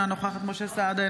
אינה נוכחת משה סעדה,